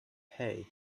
hey